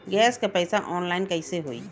Gas क पैसा online कइसे होई?